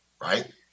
right